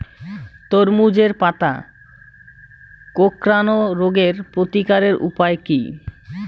তরমুজের পাতা কোঁকড়ানো রোগের প্রতিকারের উপায় কী?